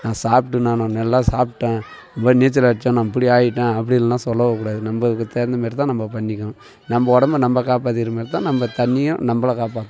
நான் சாப்பிட்டு நான் நல்ல சாப்பிட்டேன் போய் நீச்சல் அடிச்சா நான் இப்படி ஆகிட்டேன் அப்படினுலாம் சொல்லவே கூடாது நம்மளுக்கு தகுந்தமாரி தான் நம்ம பண்ணிக்கணும் நம்ம உடம்ப நம்ம காப்பாத்திக்கிற மாரி தான் நம்ம் தண்ணியும் நம்மள காப்பாற்றும்